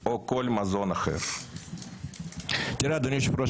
ואני בטוח שבסופו של דבר זאת לא המטרה שלך אדוני היושב ראש.